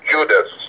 Judas